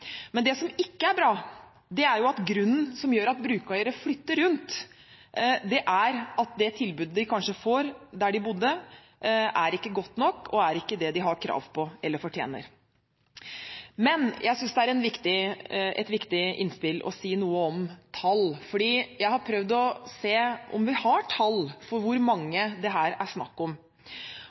Men det som ikke er bra, er at grunnen til at brukere flytter rundt, er at det tilbudet de får der de bor, kanskje ikke er godt nok, det de har krav på eller fortjener. Jeg synes det er et viktig innspill å si noe om tall, for jeg har prøvd å se om vi har tall for hvor mange det her er snakk om.